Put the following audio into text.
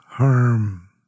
harm